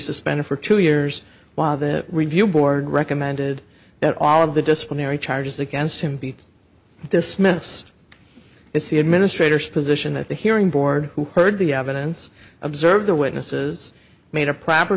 suspended for two years while the review board recommended that all of the disciplinary charges against him be dismissed is the administrators position that the hearing board who heard the evidence observed the witnesses made a proper